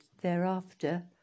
thereafter